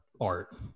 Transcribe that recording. art